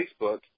Facebook